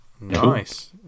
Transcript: nice